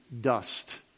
dust